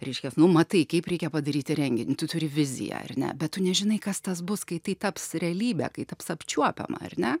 reiškias nu matai kaip reikia padaryti renginį tu turi viziją ar ne bet tu nežinai kas tas bus kai tai taps realybe kai taps apčiuopiama ar ne